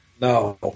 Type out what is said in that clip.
No